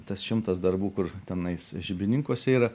tas šimtas darbų kur tenais žibininkuose yra